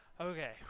Okay